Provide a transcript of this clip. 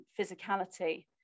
physicality